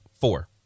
four